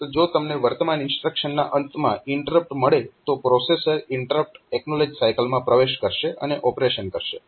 તો જો તમને વર્તમાન ઇન્સ્ટ્રક્શનના અંતમાં ઇન્ટરપ્ટ મળે તો પ્રોસેસર ઇન્ટરપ્ટ એક્નોલેજ સાયકલમાં પ્રવેશ કરશે અને ઓપરેશન કરશે